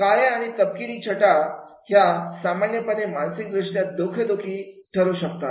काळ्याआणि तपकिरी छटा ह्या सामान्यपणे मानसिक दृष्ट्या डोकेदुखी ठरू शकतात